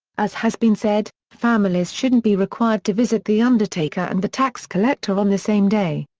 as has been said, families shouldn't be required to visit the undertaker and the tax collector on the same day.